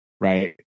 right